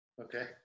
okay